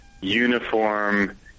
uniform